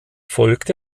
folgte